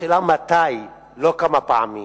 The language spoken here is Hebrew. השאלה מתי, לא כמה פעמים.